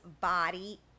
body